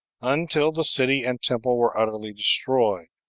until the city and temple were utterly destroyed.